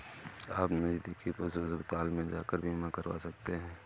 आप नज़दीकी पशु अस्पताल में जाकर बीमा करवा सकते है